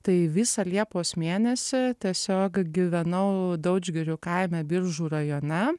tai visą liepos mėnesį tiesiog gyvenau daudžgirių kaime biržų rajone